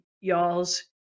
y'all's